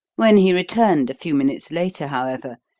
when he returned a few minutes later, however,